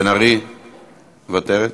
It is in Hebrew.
מוותרת.